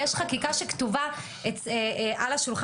יש חקיקה שכתובה על השולחן,